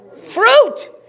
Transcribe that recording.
fruit